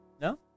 No